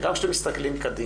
וגם כשאתם כשמסתכלים קדימה,